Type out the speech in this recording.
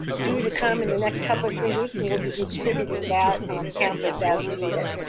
due to come in the next couple of three weeks and we'll be distributing that campus as needed.